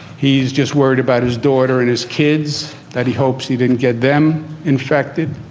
he's just worried about his daughter and his kids that he hopes he didn't get them infected.